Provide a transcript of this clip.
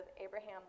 Abraham